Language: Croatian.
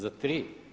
Za tri?